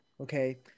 okay